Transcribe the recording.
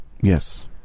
Yes